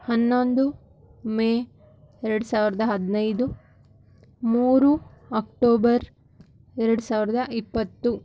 ಹನ್ನೊಂದು ಮೇ ಎರಡು ಸಾವಿರ್ದ ಹದಿನೈದು ಮೂರು ಅಕ್ಟೋಬರ್ ಎರಡು ಸಾವಿರ್ದ ಇಪ್ಪತ್ತು